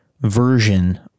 version